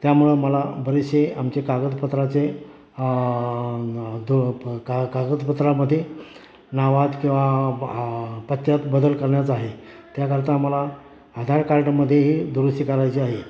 त्यामुळं मला बरेचशे आमचे कागदपत्राचे न दु प का कागदपत्रामध्ये नावात किंवा पत्त्यात बदल करण्याचं आहे त्याकरता मला आधार कार्डमध्येही दुरुस्ती करायची आहे